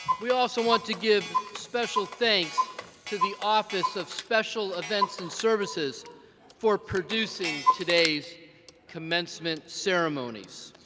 we also want to give special thanks to the office of special events and services for producing today's commencement ceremonies.